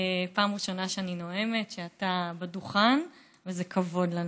פעם ראשונה שאני נואמת כשאתה בדוכן, וזה כבוד לנו.